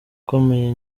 ukomeye